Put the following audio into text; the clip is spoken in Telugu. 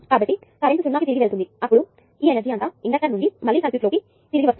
కాబట్టి కరెంట్ 0 కి తిరిగి వెళుతుంది అప్పుడు ఈ ఎనర్జీ అంతా ఇండక్టర్ నుండి మిగిలిన సర్క్యూట్లోకి తిరిగి వస్తుంది